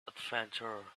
adventurer